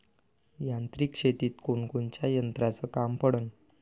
यांत्रिक शेतीत कोनकोनच्या यंत्राचं काम पडन?